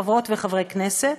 חברות וחברי הכנסת,